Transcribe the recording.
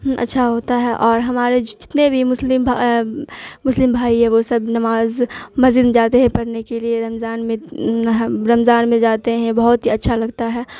اچھا ہوتا ہے اور ہمارے جتنے بھی مسلم مسلم بھائی ہے وہ سب نماز مسجد میں جاتے ہیں پرھنے کے لیے رمضان میں رمضان میں جاتے ہیں بہت ہی اچھا لگتا ہے